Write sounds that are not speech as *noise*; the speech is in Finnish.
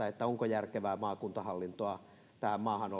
onko järkevää olla rakentamassa maakuntahallintoa tähän maahan *unintelligible*